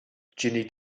ginny